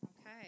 Okay